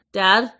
dad